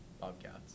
bobcats